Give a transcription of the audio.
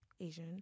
asian